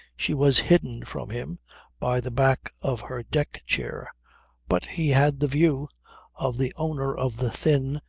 she was hidden from him by the back of her deck-chair but he had the view of the owner of the thin,